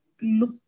look